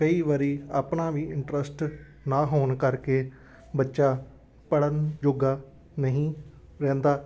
ਕਈ ਵਾਰ ਆਪਣਾ ਵੀ ਇੰਟਰਸਟ ਨਾ ਹੋਣ ਕਰਕੇ ਬੱਚਾ ਪੜ੍ਹਨ ਜੋਗਾ ਨਹੀਂ ਰਹਿੰਦਾ